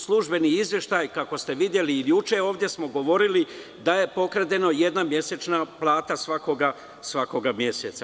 Službeni izveštaj, kako ste videli i juče, ovde smo govorili da je pokradena jedna mesečna plata svakog meseca.